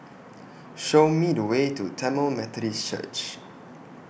Show Me The Way to Tamil Methodist Church